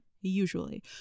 Usually